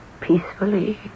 peacefully